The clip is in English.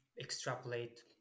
extrapolate